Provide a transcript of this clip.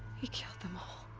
he killed them all!